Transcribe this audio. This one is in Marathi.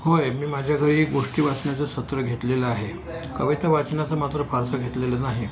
होय मी माझ्या घरी एक गोष्टी वाचण्याचं सत्र घेतलेलं आहे कविता वाचनाचं मात्र फारसं घेतलेलं नाही